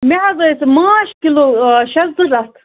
مےٚ حظ ٲسۍ ماچھ کِلوٗ شےٚ ضوٚرتھ